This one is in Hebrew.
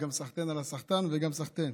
גם סחתיין על הסחטן וגם סחתיין.